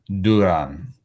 Duran